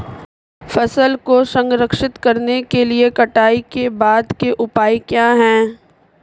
फसल को संरक्षित करने के लिए कटाई के बाद के उपाय क्या हैं?